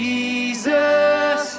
Jesus